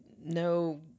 no